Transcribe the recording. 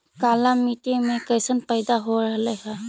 काला मिट्टी मे कैसन पैदा हो रहले है?